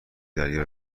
دریایی